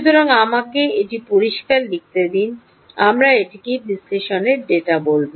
সুতরাং আমাকে এটি পরিষ্কার লিখতে দিন আমরা এটিকে বিশ্লেষণের ডেটা বলব